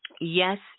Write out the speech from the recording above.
yes